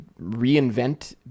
reinvent